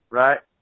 right